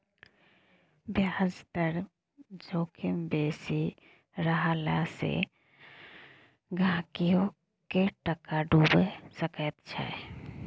ब्याज दर जोखिम बेसी रहला सँ गहिंकीयोक टाका डुबि सकैत छै